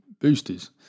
boosters